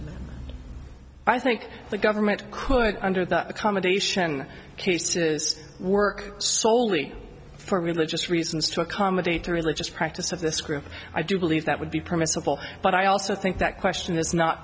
first i think the government could under that accommodation work soley for religious reasons to accommodate a religious practice of this group i do believe that would be permissible but i also think that question is not